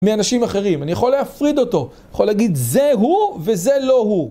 מאנשים אחרים, אני יכול להפריד אותו, יכול להגיד זה הוא וזה לא הוא.